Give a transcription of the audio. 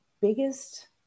biggest